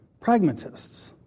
pragmatists